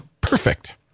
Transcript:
perfect